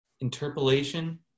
Interpolation